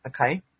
Okay